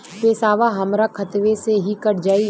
पेसावा हमरा खतवे से ही कट जाई?